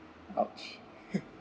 !ouch!